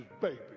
baby